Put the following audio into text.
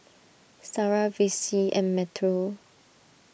Sarrah Vicy and Metro